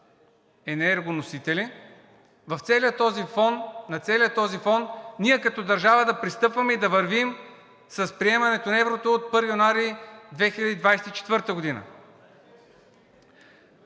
енергоносители, на целия този фон ние като държава да пристъпваме и да вървим с приемането на еврото от 1 януари 2024 г.